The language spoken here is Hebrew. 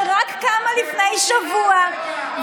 שקמה רק לפני שבוע,